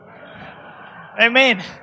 Amen